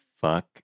fuck